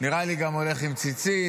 ונראה לי שגם הולך עם ציצית,